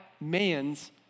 man's